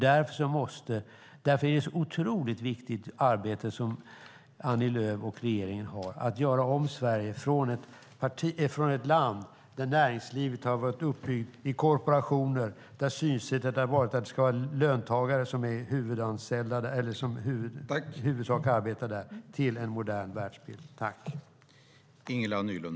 Därför är det ett otroligt viktigt arbete som Annie Lööf och regeringen har för att göra om Sverige från ett land där näringslivet har varit uppbyggt i korporationer och där synsättet har varit att det i huvudsak ska vara löntagare som arbetar där till ett land byggt på en modern världsbild.